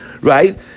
right